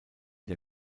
der